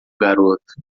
garoto